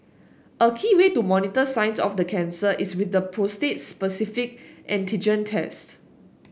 a key way to monitor signs of the cancer is with the prostate specific antigen test